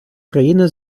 країни